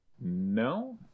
No